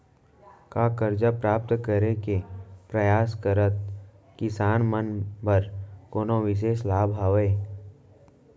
का करजा प्राप्त करे के परयास करत किसान मन बर कोनो बिशेष लाभ हवे?